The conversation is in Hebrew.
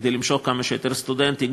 כדי למשוך כמה שיותר סטודנטים,